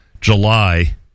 July